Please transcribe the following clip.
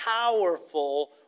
powerful